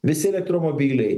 visi elektromobiliai